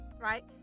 Right